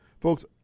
Folks